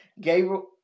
Gabriel